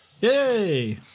Yay